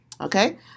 Okay